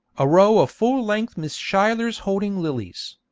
a row of full-length miss schuylers holding lilies.